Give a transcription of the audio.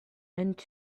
and